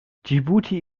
dschibuti